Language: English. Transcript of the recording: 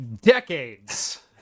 decades